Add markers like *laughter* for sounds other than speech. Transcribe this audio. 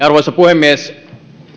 *unintelligible* arvoisa puhemies